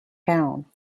town